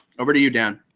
over to you, dan.